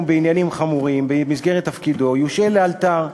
בעניינים חמורים במסגרת תפקידו יושעה לאלתר,